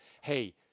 hey